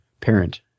parent